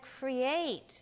create